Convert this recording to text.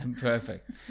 Perfect